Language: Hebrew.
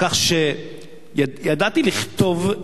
כך שידעתי לכתוב,